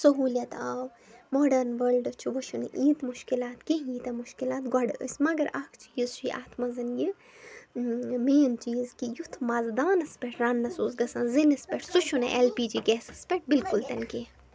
سہوٗلیت آو modern world چھُ وۄنۍ چھِنہٕ ییٖتۍ مُشکِلات کیٚنٛہہ ییٖتیٛاہ مُشکِلات گۄڈٕ ٲسۍ مگر اَکھ چیٖز چھُے اَتھ منٛز یہِ مین چیٖز کہِ یُتھ مَزٕ دانَس پٮ۪ٹھ رنٛنَس اوس گژھان زِنِس پٮ۪ٹھ سُہ چھُنہٕ اٮ۪ل پی جی گیسَس پٮ۪ٹھ بِلکُل تہِ نہٕ کیٚنٛہہ